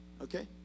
Okay